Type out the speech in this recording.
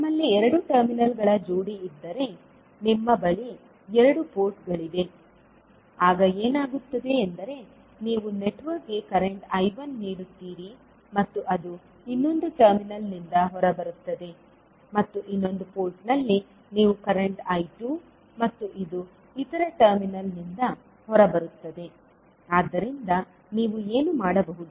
ನಿಮ್ಮಲ್ಲಿ ಎರಡು ಟರ್ಮಿನಲ್ಗಳ ಜೊತೆ ಇದ್ದರೆ ನಿಮ್ಮ ಬಳಿ ಎರಡು ಪೋರ್ಟ್ಗಳಿವೆ ಆಗ ಏನಾಗುತ್ತದೆ ಎಂದರೆ ನೀವು ನೆಟ್ವರ್ಕ್ಗೆ ಕರೆಂಟ್ I1 ನೀಡುತ್ತೀರಿ ಮತ್ತು ಅದು ಇನ್ನೊಂದು ಟರ್ಮಿನಲ್ ನಿಂದ ಹೊರಬರುತ್ತದೆ ಮತ್ತು ಇನ್ನೊಂದು ಪೋರ್ಟ್ನಲ್ಲಿ ನೀವು ಕರೆಂಟ್I2 ಮತ್ತು ಇದು ಇತರ ಟರ್ಮಿನಲ್ನಿಂದ ಹೊರಬರುತ್ತದೆ ಆದ್ದರಿಂದ ನೀವು ಏನು ಮಾಡಬಹುದು